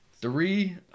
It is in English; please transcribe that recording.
Three